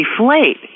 deflate